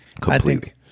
completely